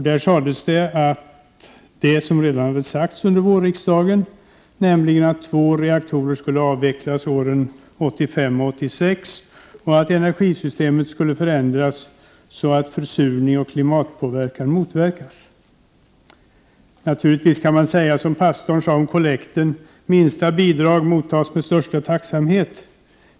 Där sades det som redan hade sagts under vårriksdagen, nämligen att två reaktorer skulle avvecklas åren 1995 och 1996 och att energisystemet skulle förändras så att försurning och klimatpåverkan motverkas. Naturligtvis kan man säga som pastorn sade om kollekten — minsta bidrag mottas med största tacksamhet.